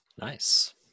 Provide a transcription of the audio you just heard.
nice